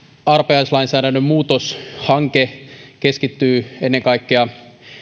arpajaislainsäädännön muutoshanke keskittyy ennen kaikkea